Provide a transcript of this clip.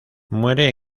muere